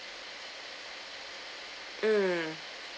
mm